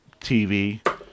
TV